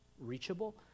reachable